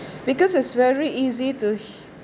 because it's very easy to